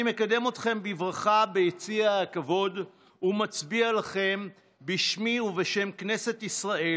אני מקדם אתכם בברכה ביציע הכבוד ומצדיע לכם בשמי ובשם כנסת ישראל.